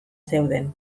zeuden